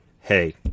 Hey